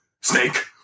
Snake